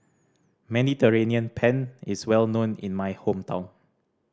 Mediterranean Penne is well known in my hometown